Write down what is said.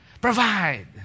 provide